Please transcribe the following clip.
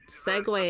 segue